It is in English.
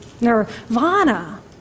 Nirvana